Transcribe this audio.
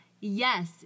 Yes